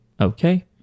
Okay